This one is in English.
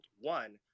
One